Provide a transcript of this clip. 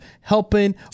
helping